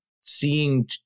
seeing